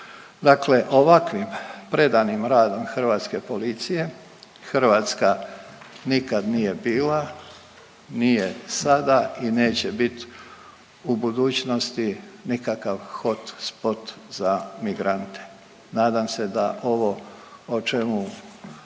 Dakle, ovakvim predanim radom Hrvatske policije Hrvatska nikad nije bila, nije sada i neće biti u budućnosti nikakav hot spot za migrante. Nadam se da ovo o čemu